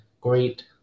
great